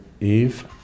Eve